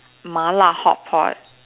Malay hot pot